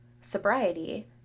sobriety